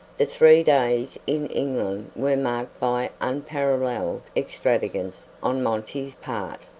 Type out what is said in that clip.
the three days in england were marked by unparalleled extravagance on monty's part.